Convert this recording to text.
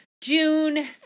June